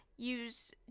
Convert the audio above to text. use